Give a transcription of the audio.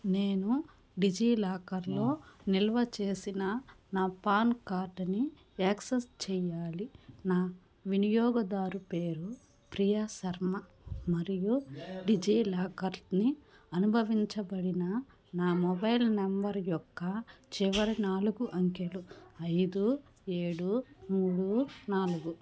నేను డిజిలాకర్లో నిల్వ చేసిన నా పాన్ కార్డుని యాక్సెస్ చెయ్యాలి నా వినియోగదారు పేరు ప్రియా శర్మ మరియు డిజిలాకర్ని అనుసంధానించబడిన నా మొబైల్ నంబర్ యొక్క చివరి నాలుగు అంకెలు ఐదు ఏడు మూడు నాలుగు